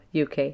uk